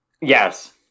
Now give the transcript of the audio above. Yes